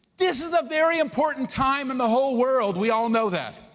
this is a very important time in the whole world, we all know that.